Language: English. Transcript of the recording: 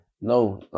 No